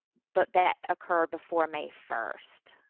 but that occur before may first.